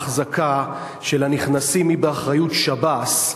ההחזקה של הנכנסים היא באחריות שב"ס,